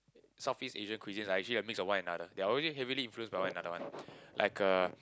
Southeast Asia cuisine like actually mix of one another they are already heavily influenced by one another [one] like uh